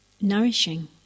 nourishing